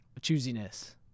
choosiness